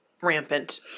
rampant